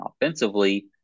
offensively